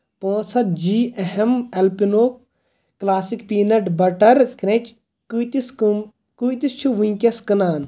پانٛژھ ہَتھ جی اٮ۪م الپیٖنو classic peanut butter crunch قۭتِس کٕم قۭتِس چھِ وونکیٛنَس کٕنان